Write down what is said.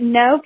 no